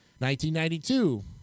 1992